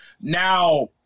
Now